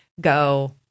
go